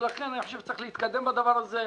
ולכן אני חושב שצריך להתקדם בדבר הזה.